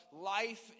life